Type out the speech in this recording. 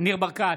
ניר ברקת,